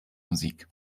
musik